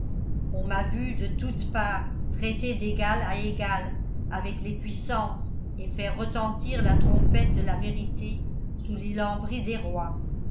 on m'a vu de toutes parts traiter d'égal à égal avec les puissances et faire retentir la trompette de la vérité sous les lambris des rois